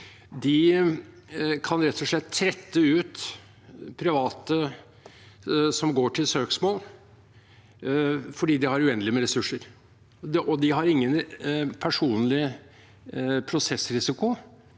kan rett og slett trette ut private som går til søksmål, fordi de har uendelig med ressurser. De har heller ingen personlig prosessrisiko.